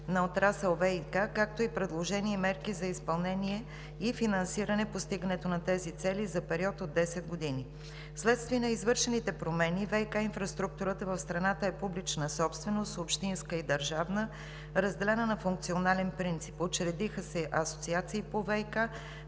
на отрасъл ВиК, както и предложени мерки за изпълнение и финансиране постигането на тези цели за период от 10 години. Вследствие на извършените промени ВиК инфраструктурата в страната е публична собственост – общинска и държавна, разделена на функционален принцип. Учредиха се асоциации по ВиК